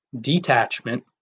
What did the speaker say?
detachment